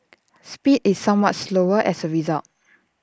speed is somewhat slower as A result